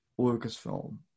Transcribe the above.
Lucasfilm